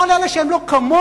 כל אלה שהם לא כמונו: